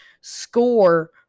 score